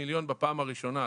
300,000,000 בפעם הראשונה,